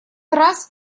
раз